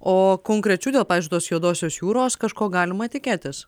o konkrečių dėl pavyzdžiui tos juodosios jūros kažko galima tikėtis